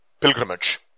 pilgrimage